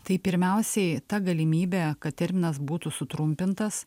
tai pirmiausiai ta galimybe kad terminas būtų sutrumpintas